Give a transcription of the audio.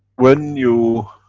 when you